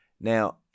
Now